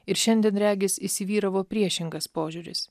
ir šiandien regis įsivyravo priešingas požiūris